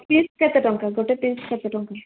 piece କେତେ ଟଙ୍କା ଗୋଟେ ପିସ୍ କେତେ ଟଙ୍କା